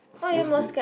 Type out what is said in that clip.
most did